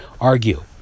argue